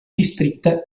districte